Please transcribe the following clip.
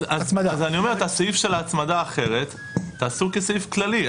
אז את הסעיף של "הצמדה אחרת" תעשו כסעיף כללי.